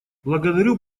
благодарю